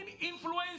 influence